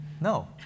No